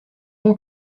ton